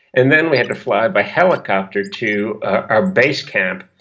and then we had to fly by helicopter to our basecamp.